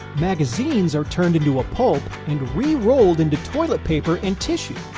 magazines are turned into a pulp and re-rolled into toilet paper and tissue!